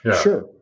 Sure